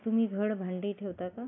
तुम्ही घड भांडे ठेवता का